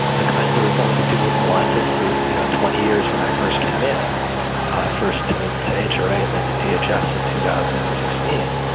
the kinds of reforms that people have wanted for, you know, twenty years when i first came in first to to age or identity adjusted two thousand and sixteen,